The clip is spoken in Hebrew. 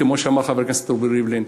כמו שאמר חבר הכנסת רובי ריבלין,